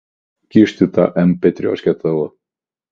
kur kišti tą empėtrioškę tavo